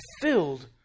filled